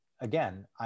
Again